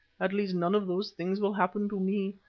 at least none of those things will happen to me.